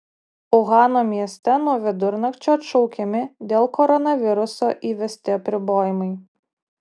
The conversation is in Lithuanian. uhano mieste nuo vidurnakčio atšaukiami dėl koronaviruso įvesti apribojimai